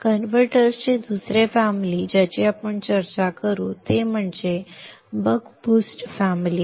कन्व्हर्टरचे दुसरे फॅमिली ज्याची आपण चर्चा करू ते म्हणजे बक बूस्ट फॅमिली